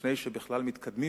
לפני שבכלל מתקדמים